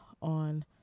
on